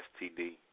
STD